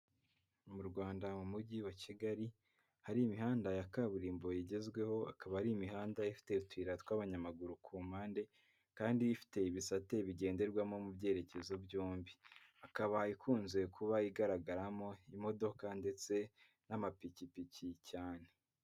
Mu Rwanda, mu mujyi wa Kigali, hari imihanda ya kaburimbo igezweho, akaba ari imihanda ifite utuyira tw'abanyamaguru ku mpande kandi ifite ibisate bigenderwamo mu byerekezo byombi. Ikaba ikunze kuba igaragaramo imodoka ndetse n'amapikipiki cyane.